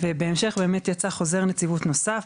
בהמשך, יצא באוקטובר 2022 חוזר נציבות נוסף,